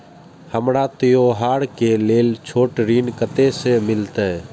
हमरा त्योहार के लेल छोट ऋण कते से मिलते?